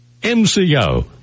MCO